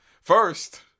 first